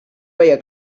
veia